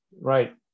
Right